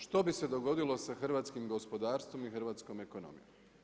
Što bi se dogodilo sa hrvatskim gospodarstvom i hrvatskom ekonomijom?